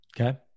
Okay